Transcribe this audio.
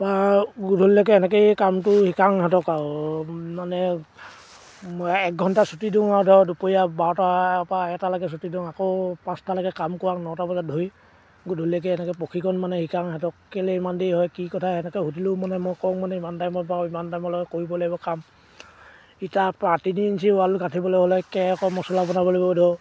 বা গধূলিলৈকে এনেকেই কামটো শিকাওঁ সিহঁতক আৰু মানে মই একঘণ্টা ছুটী দিওঁ আৰু ধৰ দুপৰীয়া বাৰটাৰ পৰা এটালৈকে ছুটী দিওঁ আকৌ পাঁচটালৈকে কাম কৰাওঁ নটা বজাত ধৰি গধূলৈকে এনেকৈ প্ৰশিক্ষণ মানে শিকাওঁ সিহঁতক কেলৈ ইমান দেৰি হয় কি কথা তেনেকৈ সুধিলেও মানে মই কওঁ মানে ইমান টাইমত বাৰু ইমান টাইমলৈকে কৰিব লাগিব কাম ইটা পা তিনি ইঞ্চি ৱাল গাঁঠিবলৈ হ'লে আকৌ মছলা বনাব লাগিব ধৰক